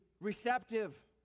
receptive